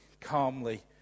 calmly